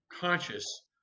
conscious